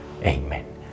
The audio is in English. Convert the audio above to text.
Amen